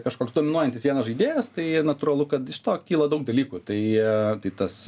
kažkoks dominuojantis vienas žaidėjas tai natūralu kad iš to kyla daug dalykų tai tai tas